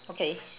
okay